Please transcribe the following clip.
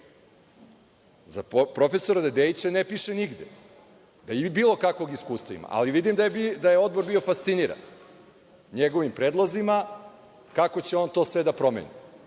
profesora Dedeića ne piše nigde da bilo kakvog iskustva ima, ali vidim da je Odbor bio fasciniran njegovim predlozima kako će on to sve da promeni